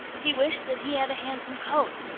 he wished that he had a handsome coat.